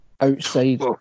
outside